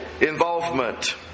involvement